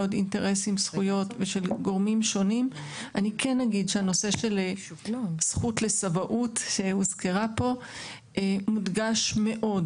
הנושא של זכות לסבאות שהוזכרה פה מודגש מאוד